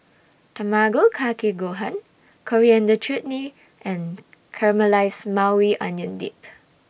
Tamago Kake Gohan Coriander Chutney and Caramelized Maui Onion Dip